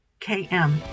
KM